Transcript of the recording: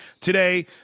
today